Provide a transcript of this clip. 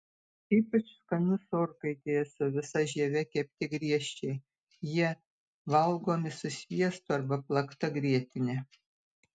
ypač skanus orkaitėje su visa žieve kepti griežčiai jie valgomi su sviestu arba plakta grietine